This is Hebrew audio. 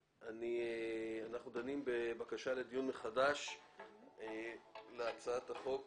אנחנו דנים בבקשה לדיון מחדש להצעת החוק